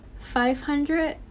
five hundred?